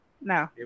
No